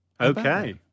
Okay